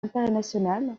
international